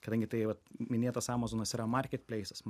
kadangi tai minėtas amazonas yra market pleisas